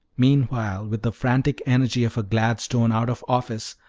meanwhile, with the frantic energy of a gladstone out of office,